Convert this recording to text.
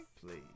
please